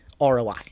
ROI